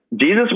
Jesus